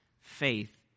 faith